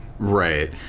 right